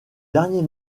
dernier